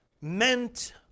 meant